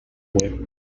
web